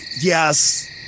Yes